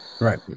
Right